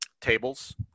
tables